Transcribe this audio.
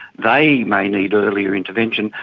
they may need earlier intervention,